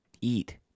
eat